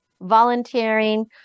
volunteering